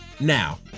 Now